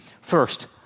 First